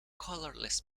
colorless